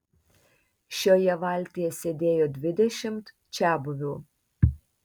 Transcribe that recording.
šioje valtyje sėdėjo dvidešimt čiabuvių